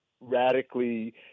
radically